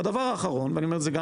והדבר האחרון ואני אומר את זה גם